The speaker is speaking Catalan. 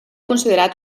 considerat